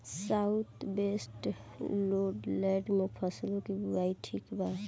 South western lowland में फसलों की बुवाई ठीक बा?